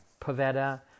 Pavetta